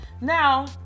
Now